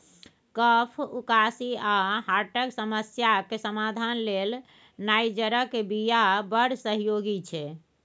कफ, उकासी आ हार्टक समस्याक समाधान लेल नाइजरक बीया बड़ सहयोगी छै